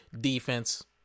defense